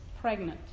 pregnant